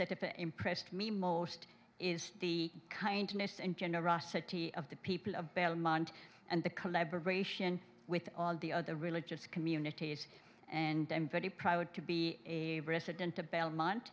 it impressed me most is the kindness and generosity of the people of belmont and the collaboration with all the other religious communities and i'm very proud to be a resident of belmont